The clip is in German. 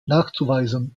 nachzuweisen